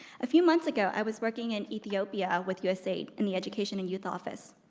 a few months ago, i was working in ethiopia with usaid and the education and youth office,